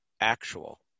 actual